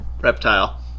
reptile